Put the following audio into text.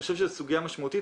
אני חושב שזאת סוגיה משמעותית.